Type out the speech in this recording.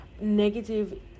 negative